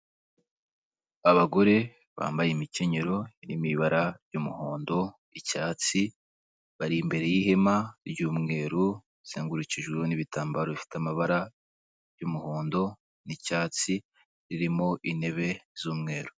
Abagore bambaye imkenyero iri mu ibara ry'umuhondo, icyatsi, bari imbere y'ihema ry'umweru rizengurukijeho n'ibitambaro bifite amabara y'umuhondo n'icyatsi, ririmo intebe z'umweru.